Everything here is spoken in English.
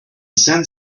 send